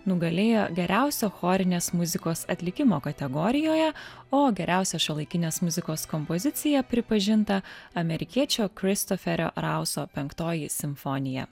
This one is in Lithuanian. nugalėjo geriausio chorinės muzikos atlikimo kategorijoje o geriausia šiuolaikinės muzikos kompozicija pripažinta amerikiečio kristoferio rauso penktoji simfonija